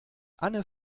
anne